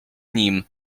nim